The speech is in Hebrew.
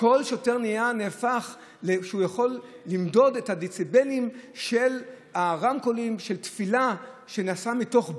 כל שוטר יכול למדוד את הדציבלים של הרמקולים של תפילה שנעשית מתוך בית,